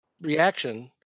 reaction